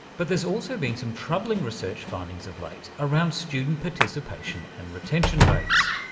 but there's also been some troubling research findings of late around student participation and retention rates.